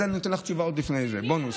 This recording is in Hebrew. אני נותן לך תשובה עוד לפני זה כבונוס.